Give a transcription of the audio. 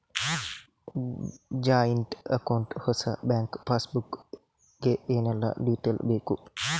Joint account ಹೊಸ bank passbook ಗೆ ಏನೆಲ್ಲ ಡೀಟೇಲ್ಸ್ ಬೇಕು?